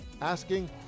asking